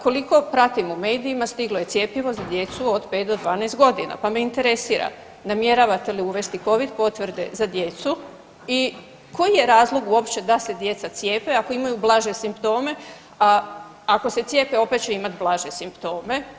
Koliko pratim u medijima stiglo je cjepivo za djecu od 5 do 12 godina pa me interesira namjeravate li uvesti Covid potvrde za djecu i koji je razlog uopće da se djeca cijepe ako imaju blaže simptome, a ako se cijepe opet će imati blaže simptome.